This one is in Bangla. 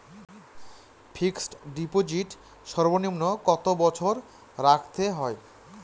ফিক্সড ডিপোজিট সর্বনিম্ন কত বছর রাখতে হয়?